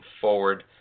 forward